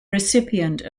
recipient